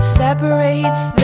separates